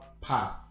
path